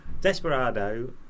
Desperado